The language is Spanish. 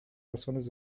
razones